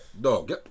dog